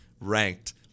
ranked